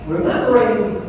remembering